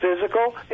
physical